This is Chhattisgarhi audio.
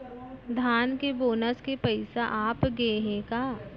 धान के बोनस के पइसा आप गे हे का?